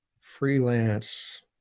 freelance